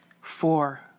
Four